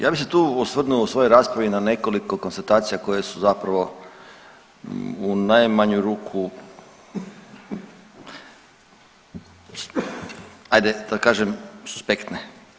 Ja bih se tu osvrnuo u svojoj raspravi na nekoliko konstatacija koje su zapravo u najmanju ruku hajde da kažem suspektne.